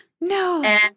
No